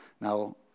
Now